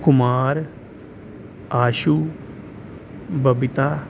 Kumar Ashu Babita